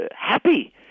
Happy